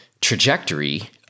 trajectory